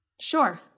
Sure